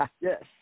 Yes